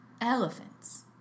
Elephants